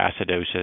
acidosis